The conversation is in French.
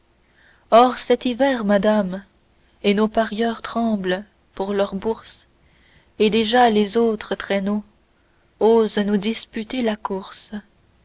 or cet hiver madame et nos parieurs tremblent pour leur bourse et déjà les autres traîneaux osent nous disputer la course